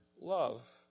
love